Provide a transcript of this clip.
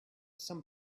some